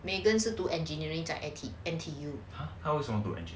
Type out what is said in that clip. megan 是读 engineering the auntie N_T_U